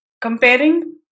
comparing